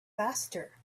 faster